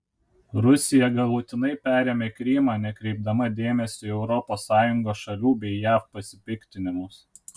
rusija galutinai perėmė krymą nekreipdama dėmesio į europos sąjungos šalių bei jav pasipiktinimus